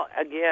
again